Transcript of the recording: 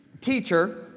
teacher